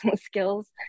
skills